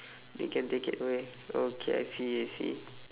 they can take it away okay I see I see